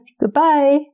goodbye